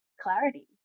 clarity